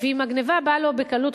אם הגנבה באה לו בקלות,